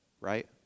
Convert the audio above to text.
right